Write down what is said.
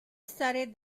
studied